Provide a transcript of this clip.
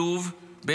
לוב.